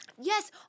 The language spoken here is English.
Yes